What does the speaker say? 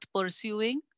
pursuing